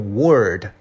word